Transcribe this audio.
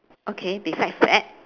okay besides that